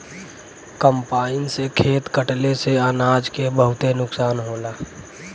combine से खेत कटले से अनाज के बहुते नुकसान होला